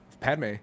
Padme